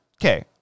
Okay